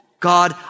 God